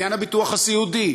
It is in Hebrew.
בעניין הביטוח הסיעודי,